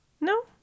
No